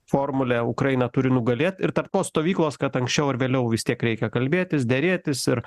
formulę ukraina turi nugalėt ir tarp tos stovyklos kad anksčiau ar vėliau vis tiek reikia kalbėtis derėtis ir